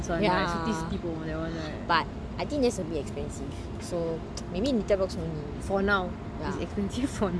ya but I think this will be expensive so maybe litter box only